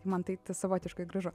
man taip savotiškai gražu